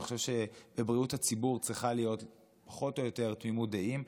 אני חושב שבבריאות הציבור צריכה להיות פחות או יותר תמימות דעים.